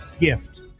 gift